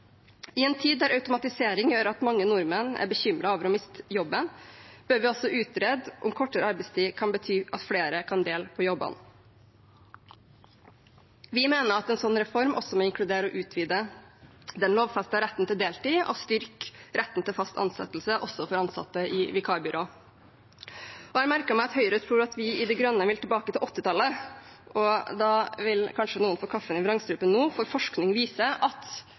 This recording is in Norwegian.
I en tid da automatisering gjør at mange nordmenn er bekymret for å miste jobben, bør vi også utrede om kortere arbeidstid kan bety at flere kan dele på jobbene. Vi mener en slik reform også må inkludere å utvide den lovfestede retten til deltid og styrke retten til fast ansettelse, også for ansatte i vikarbyrå. Jeg har merket meg at Høyre tror vi i De Grønne vil tilbake til 1980-tallet. Og da vil kanskje noen få kaffen i vrangstrupen nå, for forskning viser at